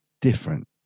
different